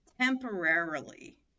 temporarily